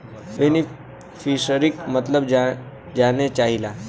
बेनिफिसरीक मतलब जाने चाहीला?